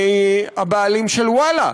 הבעלים של "וואלה"?